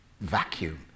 vacuum